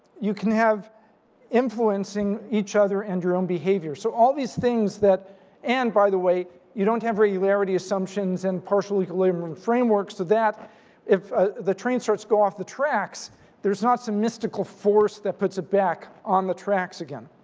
you can have influencing each other and your own behavior. so all these things that and by the way, you don't have regularity assumptions and partial equilibrium and frameworks to that if the train starts go off the tracks there's not some mystical force that puts it back on the tracks again.